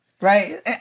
right